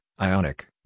Ionic